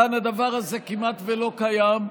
כאן הדבר הזה כמעט לא קיים.